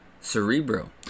Cerebro